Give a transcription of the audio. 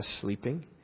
sleeping